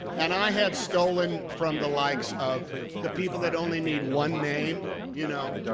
and i have stolen from the likes of the people that only need one name. you know,